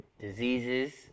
diseases